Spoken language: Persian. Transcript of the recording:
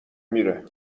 میره